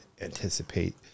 anticipate